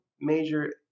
major